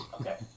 Okay